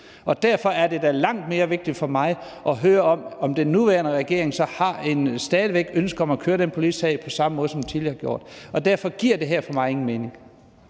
Derfor er det da langt mere vigtigt for mig at høre, om den nuværende regering så stadig væk har et ønske om at køre den politiske sag på den samme måde, som den tidligere har gjort. Og derfor giver det her for mig ingen mening.